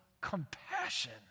compassion